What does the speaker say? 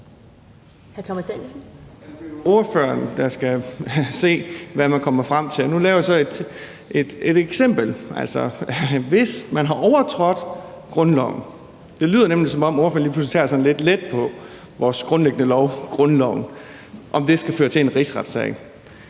Det er ordføreren, der skal se, hvad man kommer frem til. Nu kommer jeg så med et eksempel: Hvis man har overtrådt grundloven – det lyder nemlig, som om ordføreren lige pludselig tager sådan lidt let på vores grundlæggende lov, grundloven, og om det skal føre til en rigsretssag